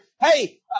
Hey